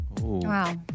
Wow